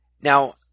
Now